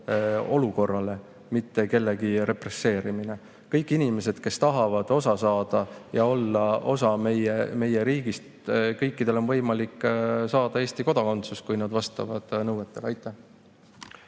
olukorrale, mitte kellegi represseerimine. Kõikidel inimestel, kes tahavad osa saada ja olla osa meie riigist, on võimalik saada Eesti kodakondsus, kui nad vastavad nõuetele. Aitäh!